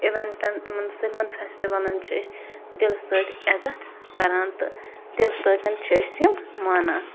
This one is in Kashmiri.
اِونٹن یِمن سٲلِمن فٮ۪سٹوَلن چھٕ أسۍ دِلہٕ سۭتۍ عزتھ کَران تہٕ دِلہٕ سۭتۍ چھٕ أسۍ یِمِ مانان